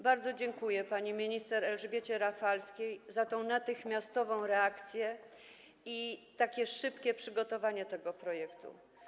Bardzo dziękuję pani minister Elżbiecie Rafalskiej za tę natychmiastową reakcję i takie szybkie przygotowanie tego projektu.